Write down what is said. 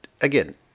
again